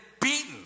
beaten